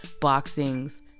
boxing's